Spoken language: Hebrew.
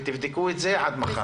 ותבדקו את זה עד מחר.